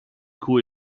cui